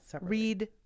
read